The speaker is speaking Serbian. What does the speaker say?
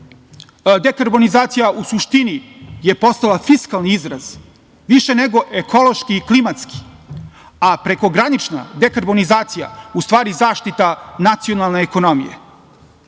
Dekarbonizacija u suštini je postala fiskalni izraz više nego ekološki i klimatski, a prekogranična dekarbonizacija, u stvari zaštita nacionalne ekonomije. Naravno